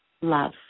love